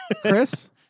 Chris